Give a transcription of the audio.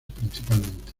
principalmente